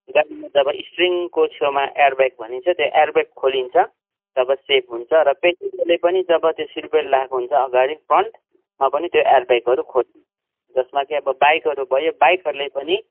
driving जब स्ट्रीङको छेउमा एयरब्याग भनिन्छ त्यो एयरब्याग खोलिन्छ तब सेफ हुन्छ र प्यासेन्जरले पनि जब त्यो सिट बेल्ट लाएको हुन्छ अगाडि फ्रन्टमा पनि त्यो एयरब्यागहरू खोलिन्छ जसमा कि अब बाइकहरू भयो बाइकहरूले पनि